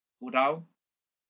go down